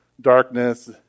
darkness